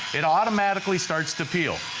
it automatically starts to peel.